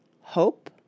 Hope